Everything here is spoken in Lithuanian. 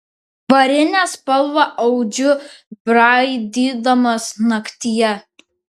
varinę spalvą audžiu braidydamas naktyje